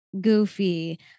Goofy